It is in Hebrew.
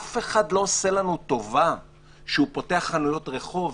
אף אחד לא עושה לנו טובה שהוא פותח חנויות רחוב,